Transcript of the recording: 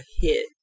hit